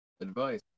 advice